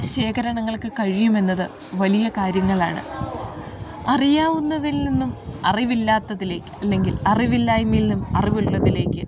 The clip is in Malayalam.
ശേഖരണങ്ങൾക്ക് കഴിയും എന്നത് വലിയ കാര്യങ്ങളാണ് അറിയാവുന്നതിൽ നിന്നും അറിവില്ലാത്തതിലേക്ക് അല്ലെങ്കിൽ അറിവില്ലായ്മയിൽ നിന്നും അറിവുള്ളതിലേക്ക്